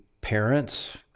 parents